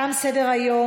תודה רבה לכולכם.